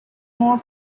more